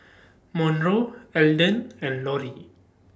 Monroe Alden and Lorrie